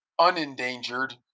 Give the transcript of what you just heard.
unendangered